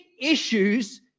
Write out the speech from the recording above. issues